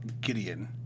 Gideon